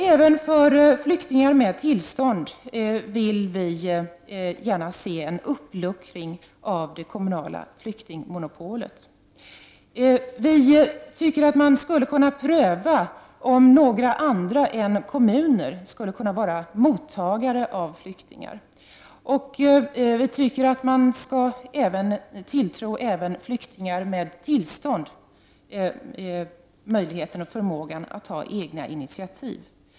Även för flyktingar med tillstånd vill vi gärna se en uppluckring av det kommunala flyktingmonopolet. Man skulle kunna pröva om några andra än kommuner kunde vara mottagare av flyktingar. Man skall även tilltro flyktingar med tillstånd möjligheten och förmågan att ta egna initiativ.